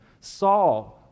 Saul